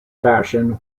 fashion